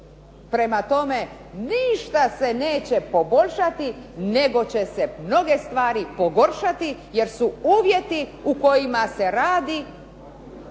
Prema tome, ništa se neće poboljšati, nego će se mnoge stvari pogoršati jer su uvjeti u kojima se radi